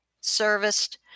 serviced